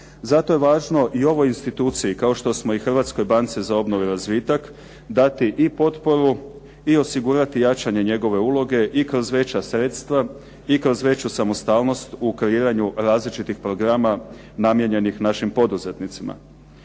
Zato je važno i ovoj instituciji, kao što smo i Hrvatskoj banci za obnovu i razvitak, dati i potporu i osigurati jačanje njegove uloge i kroz veća sredstva i kroz veću samostalnost u kreiranju različitih programa namijenjenih našim poduzetnicima.